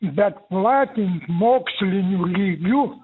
bet platint moksliniu lygiu